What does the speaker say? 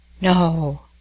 no